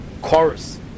chorus